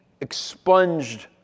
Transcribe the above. expunged